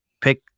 pick